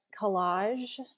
collage